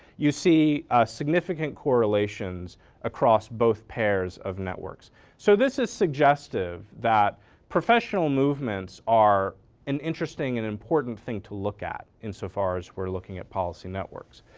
you see significant correlations across both pairs of networks so this is suggestive that professional movements are an interesting and important thing to look at in so far as we're looking at policy networks.